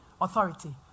authority